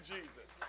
Jesus